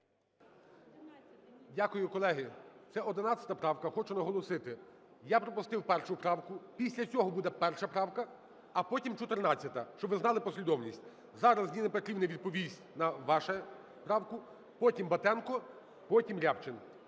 Дякую. Колеги, це 11 правка. Хочу наголосити, я пропустив 1 правку. Після цього буде 1 правка, а потім 14-а, щоб ви знали послідовність. Зараз Ніна Петрівна відповість на вашу правку. Потім – Батенко, потім – Рябчин.